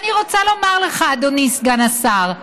ואני רוצה לומר לך, אדוני סגן השר: